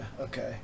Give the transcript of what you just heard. Okay